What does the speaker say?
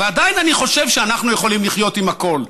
ועדיין אני חושב שאנחנו יכולים לחיות עם הכול,